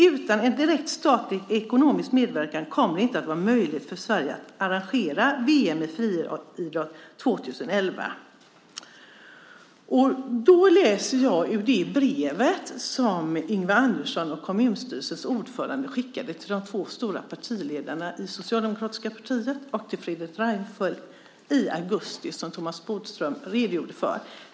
Utan en direkt statlig ekonomisk medverkan kommer det inte att vara möjligt för Sverige att arrangera VM i friidrott 2011. Dessa uppgifter framkommer i det brev som Yngve Andersson och kommunstyrelsens ordförande skickade till de två partiledarna i det socialdemokratiska partiet, Göran Persson, och i det moderata partiet, Fredrik Reinfeldt, i augusti, som Thomas Bodström redogjorde för.